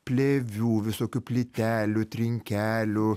plėvių visokių plytelių trinkelių